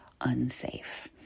unsafe